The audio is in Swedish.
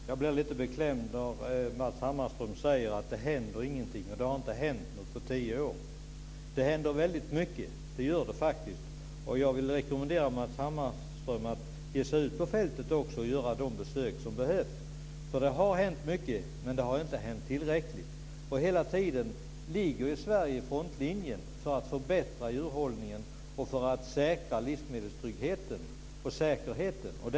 Fru talman! Jag blir lite beklämd av att Matz Hammarström säger att det inte händer någonting och att det inte har hänt något på tio år. Det händer väldigt mycket, faktiskt. Jag vill rekommendera Matz Hammarström att ge sig ut på fältet och göra de besök som behövs. Det har hänt mycket, men det har inte hänt tillräckligt. Hela tiden ligger Sverige i frontlinjen för att förbättra djurhållningen och för att nå säkerhet och trygghet när det gäller livsmedel.